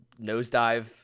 nosedive